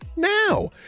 now